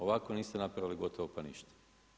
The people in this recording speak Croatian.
Ovako niste napravili gotovo pa ništa.